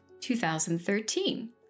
2013